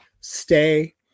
Stay